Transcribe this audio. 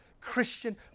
Christian